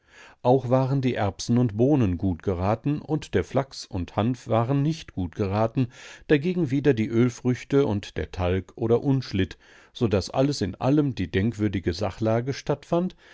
auch waren die erbsen und bohnen gut geraten und der flachs und hanf waren nicht gut geraten dagegen wieder die ölfrüchte und der talg oder unschlitt so daß alles in allem die merkwürdige sachlage stattfand